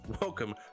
welcome